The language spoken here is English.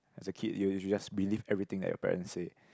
as a kid you will just believe everything that your parents say